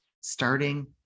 starting